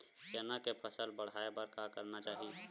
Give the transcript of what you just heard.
चना के फसल बढ़ाय बर का करना चाही?